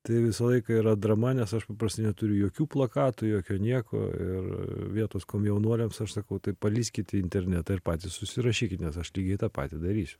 tai visą laiką yra drama nes aš paprastai neturiu jokių plakatų jokio nieko ir vietos komjaunuoliams aš sakau tai palįskit į internetą ir patys susirašykit nes aš lygiai tą patį darysiu